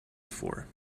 before